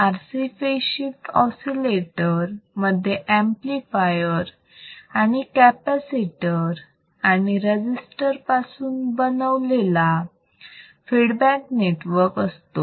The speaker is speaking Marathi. RC फेज शिफ्ट ऑसिलेटर मध्ये ऍम्प्लिफायर आणि कॅपॅसिटर आणि रजिस्टर पासून बनलेला फीडबॅक नेटवर्क असतो